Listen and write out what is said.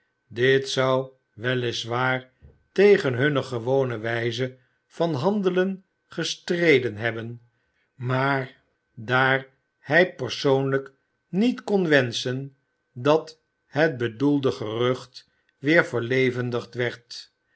dit zou wel is waar tegen hunne gewone wijze van handelen gestreden hebben maar daar hij persoonlijk niet kon wenschen dat het bedoelde gerucht weer verlevendigd werd